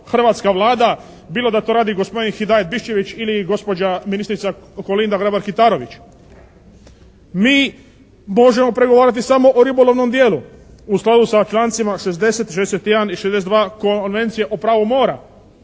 hrvatska Vlada bilo da to radi gospodin Hidajet Biščević ili gospođa ministrica Kolinda Grabar-Kitarović. Mi možemo pregovarati samo o ribolovnom dijelu u skladu sa člancima 60., 61. i 62. Konvencije o pravu mora.